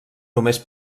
només